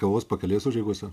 kavos pakelės užeigose